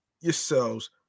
yourselves